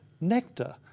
nectar